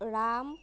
Ram